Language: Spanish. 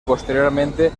posteriormente